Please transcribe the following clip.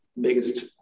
biggest